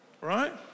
right